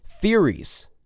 theories